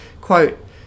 quote